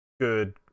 good